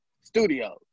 Studio